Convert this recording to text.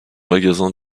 magasin